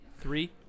three